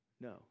No